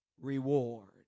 reward